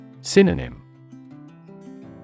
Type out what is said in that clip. Synonym